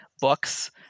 books